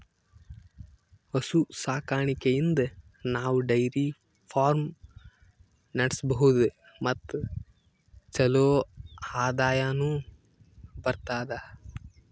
ಹಸು ಸಾಕಾಣಿಕೆಯಿಂದ್ ನಾವ್ ಡೈರಿ ಫಾರ್ಮ್ ನಡ್ಸಬಹುದ್ ಮತ್ ಚಲೋ ಆದಾಯನು ಬರ್ತದಾ